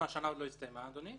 השנה עוד לא הסתיימה, אדוני.